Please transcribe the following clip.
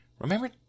remember